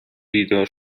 بیدار